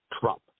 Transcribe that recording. Trump